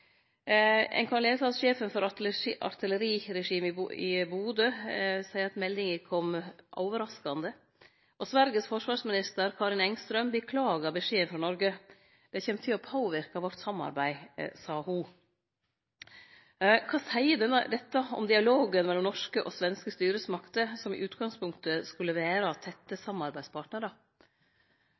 Ein kan lese at sjefen for Artilleriregimentet i Boden seier at meldinga kom overraskande, og Sveriges forsvarsminister, Karin Enström, beklagar beskjeden frå Noreg. Det kjem til å påverke samarbeidet vårt, sa ho. Kva seier dette om dialogen mellom norske og svenske styresmakter, som i utgangspunktet skulle vere tette samarbeidspartnarar?